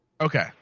Okay